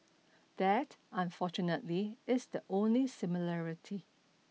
that unfortunately is the only similarity